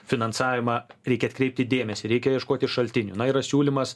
finansavimą reikia atkreipti dėmesį reikia ieškoti šaltinių na yra siūlymas